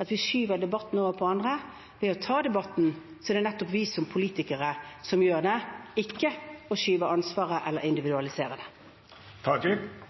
at vi skyver debatten over på andre. Ved å ta debatten er det nettopp vi som politikere som gjør det – og ikke skyve på ansvaret eller individualisere